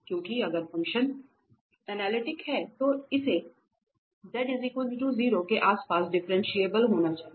क्योंकि अगर function analytical है तो इसे z 0 के आस पास डिफरेंशिएबल होना चाहिए